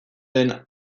den